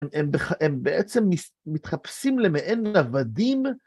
‫הם בעצם מתחפשים למעין עבדים.